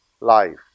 life